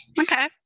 okay